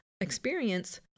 experience